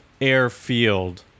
Airfield